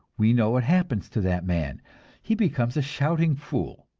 we know what happens to that man he becomes a shouting fool.